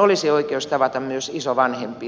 olisi oikeus tavata myös isovanhempiaan